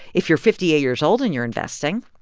if you're fifty eight years old and you're investing,